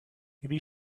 maybe